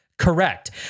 correct